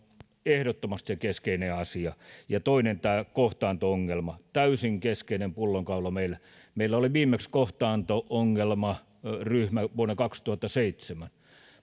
ehdottomasti se keskeinen asia ja toinen tämä kohtaanto ongelma täysin keskeinen pullonkaula meillä meillä oli viimeksi kohtaanto ongelmaryhmä vuonna kaksituhattaseitsemän mutta